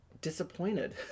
disappointed